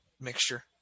mixture